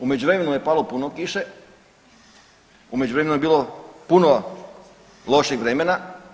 U međuvremenu je palo puno kiše, u međuvremenu je bilo puno lošeg vremena.